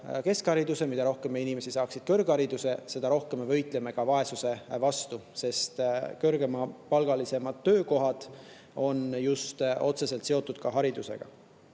keskhariduse, mida rohkem inimesi saab kõrghariduse, seda rohkem me võitleme vaesuse vastu, sest kõrgemapalgalised töökohad on otseselt seotud haridusega.